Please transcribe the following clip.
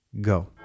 go